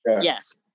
yes